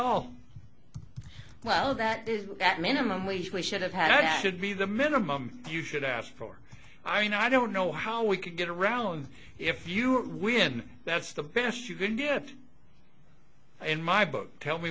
all well that is that minimum wage we should have had should be the minimum you should ask for i mean i don't know how we could get around if you when that's the best you can get in my book tell me